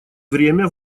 время